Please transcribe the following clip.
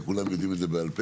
כולם יודעים את זה בעל פה,